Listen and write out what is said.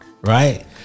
Right